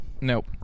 nope